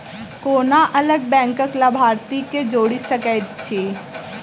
कोना अलग बैंकक लाभार्थी केँ जोड़ी सकैत छी?